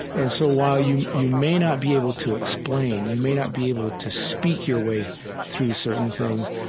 and so while you you may not be able to explain, you may not be able to speak your way through certain things,